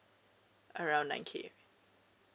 around nine k